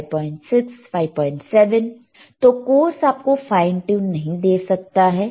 तो कोर्स आपको fine tune नहीं दे सकता है